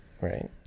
Right